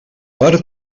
per